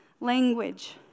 Language